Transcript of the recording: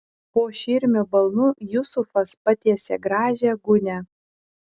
po širmio balnu jusufas patiesė gražią gūnią